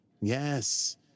yes